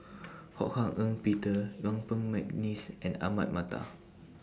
Ho Hak Ean Peter Yuen Peng Mcneice and Ahmad Mattar